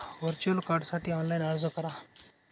virtual कार्डसाठी online अर्ज करा